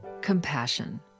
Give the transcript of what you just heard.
compassion